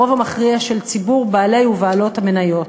הרוב המכריע של ציבור בעלי ובעלות המניות